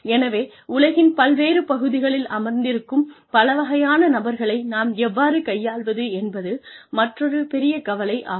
எனவே உலகின் பல்வேறு பகுதிகளில் அமர்ந்திருக்கும் பலவகையான நபர்களை நாம் எவ்வாறு கையாள்வது என்பது மற்றொரு பெரிய கவலை ஆகும்